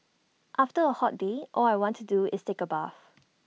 after A hot day all I want to do is take A bath